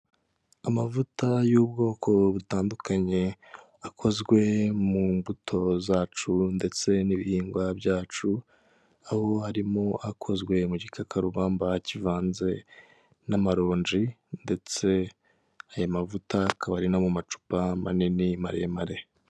Amavuta y'ubwoko butandukanye akozwe mu mbuto zacu ndetse n'ibihingwa byacu, aho harimo akozwe mu gikakarubamba kivanze n'amaronji ndetse ayo mavuta akaba ari no mu macupa manini maremare.